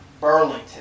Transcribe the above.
Burlington